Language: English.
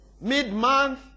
Mid-month